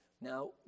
Now